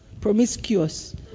promiscuous